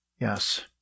yes